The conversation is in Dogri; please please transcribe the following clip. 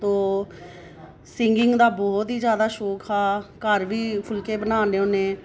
तो सिंगिंग दा बहुत ही जैदा शौक हा घर बी फुलके बना ने होन्ने